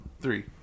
three